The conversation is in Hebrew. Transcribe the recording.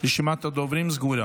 רשימת הדוברים סגורה.